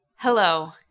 Hello